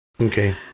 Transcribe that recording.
okay